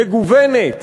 מגוונת,